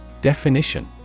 Definition